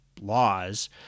laws